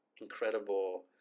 incredible